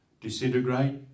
disintegrate